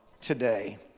today